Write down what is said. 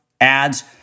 ads